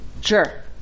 Sure